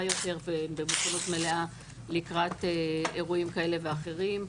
יותר ובמוכנות מלאה לקראת אירועים כאלה ואחרים.